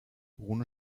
bruno